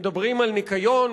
מדברים על ניקיון,